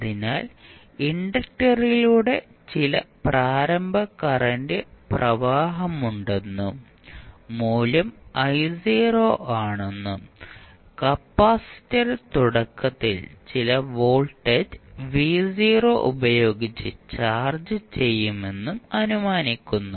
അതിനാൽ ഇൻഡക്ടറിലൂടെ ചില പ്രാരംഭ കറന്റ് പ്രവാഹമുണ്ടെന്നും മൂല്യം ആണെന്നും കപ്പാസിറ്റർ തുടക്കത്തിൽ ചില വോൾട്ടേജ് ഉപയോഗിച്ച് ചാർജ് ചെയ്യുമെന്നും അനുമാനിക്കുന്നു